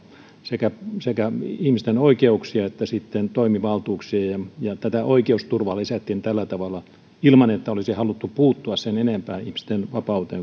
sekä sekä ihmisten oikeuksia että sitten toimivaltuuksia ja ja oikeusturvaa lisättiin tällä tavalla ilman että olisi haluttu puuttua ihmisten vapauteen sen enempää